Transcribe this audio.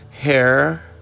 hair